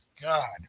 god